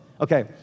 Okay